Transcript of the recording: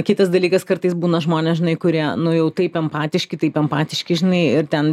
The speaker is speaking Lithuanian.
kitas dalykas kartais būna žmonės žinai kurie nu jau taip empatiški taip empatiški žinai ir ten